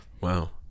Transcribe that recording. wow